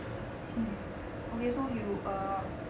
um okay so you err